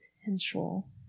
potential